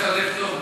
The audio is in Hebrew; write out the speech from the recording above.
יש לך לב טוב.